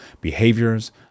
behaviors